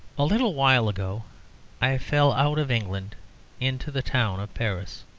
a little while ago i fell out of england into the town of paris.